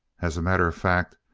as a matter of fact,